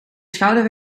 schouder